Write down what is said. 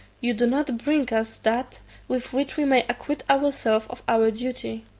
you do not bring us that with which we may acquit ourselves of our duty.